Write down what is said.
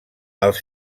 els